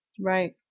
Right